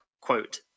Quote